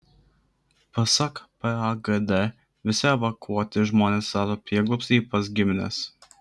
pasak pagd visi evakuoti žmonės rado prieglobstį pas gimines